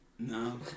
No